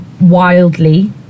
wildly